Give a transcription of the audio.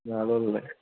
নাললৈ